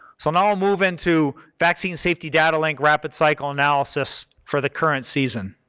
so now i'll move into vaccine safety data link, rapid cycle analysis for the current season.